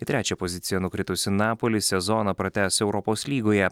į trečią poziciją nukritusi napoli sezoną pratęs europos lygoje